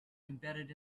embedded